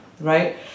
right